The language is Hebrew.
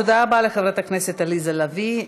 תודה רבה לחברת הכנסת עליזה לביא.